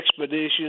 Expedition